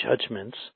judgments